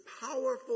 powerful